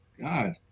God